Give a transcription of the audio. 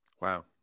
Wow